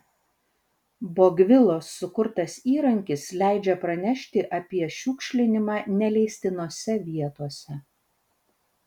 bogvilos sukurtas įrankis leidžia pranešti apie šiukšlinimą neleistinose vietose